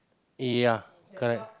ya correct